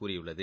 கூறியுள்ளது